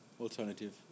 alternative